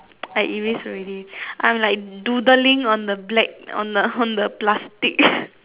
I erase already I'm like doodling on the black on the on the plastic